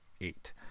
eight